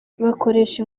bakoresha